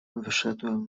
wyszedłem